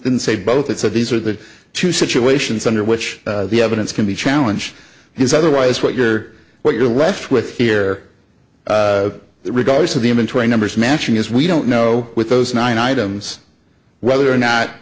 didn't say both it said these are the two situations under which the evidence can be challenge his otherwise what you're what you're left with here regardless of the inventory numbers matching is we don't know with those nine items whether or not